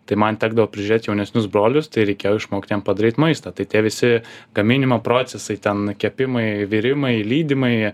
tai man tekdavo prižiūrėt jaunesnius brolius tai reikėjo išmokt jiem padaryt maistą tai tie visi gaminimo procesai ten kepimai virimai lydimai